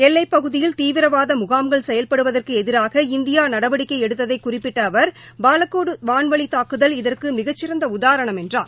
எல்லைப்பகுதியில் தீவிரவாத முகாம்கள் செயவ்படுபதற்கு எதிராக இந்தியா நடவடிக்கை எடுத்ததை குறிப்பிட்ட அவர் பாலக்கோடு வான்வழித் தாக்குதல் இதற்கு மிகச்சிறந்த உதாரணம் என்றார்